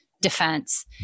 defense